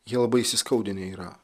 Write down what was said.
jie labai įsiskaudinę yra